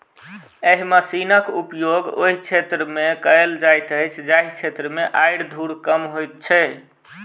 एहि मशीनक उपयोग ओहि क्षेत्र मे कयल जाइत अछि जाहि क्षेत्र मे आरि धूर कम होइत छै